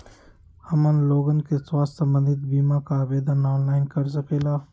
हमन लोगन के स्वास्थ्य संबंधित बिमा का आवेदन ऑनलाइन कर सकेला?